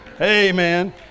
Amen